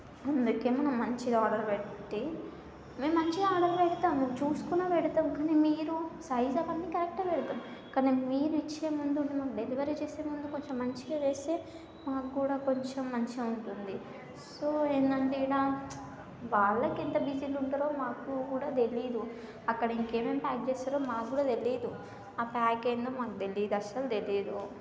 అందుకే మనం మంచిగా ఆర్డర్ పెట్టి మేము మంచిగా ఆర్డర్ పెడతాము మేము చూసుకునే పెడతాం కానీ మీరు సైజు అవన్నీ కరెక్ట్గా పెడదాం కానీ మీరు ఇచ్చే ముందు మాకు డెలివరీ చేసే ముందు కొంచెం మంచిగా చేస్తే మాకు కూడా కొంచెం మంచిగా ఉంటుంది సో ఏందంటే ఇలా వాళ్ళుకు ఎంత బిజీగా ఉంటారో మాకు కూడా తెలియదు అక్కడ ఇంకా ఏం ఏం ప్యాక్ చేస్తారో మాకు కూడా తెలియదు ఆ ప్యాక్ ఏందో మాకు తెలియదు అసలు తెలీదు